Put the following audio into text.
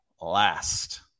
last